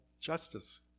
justice